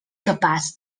capaç